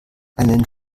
einen